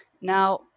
now